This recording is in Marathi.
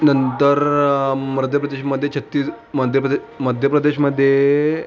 नंतर मध्य प्रदेशमध्ये छत्तीस मध्यप्रदे मध्य प्रदेशमध्ये